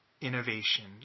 innovation